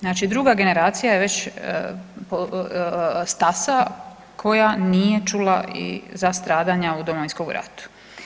Znači druga generacija je već stasa koja nije čula za stradanja u Domovinskom ratu.